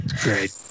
Great